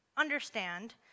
Understand